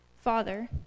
Father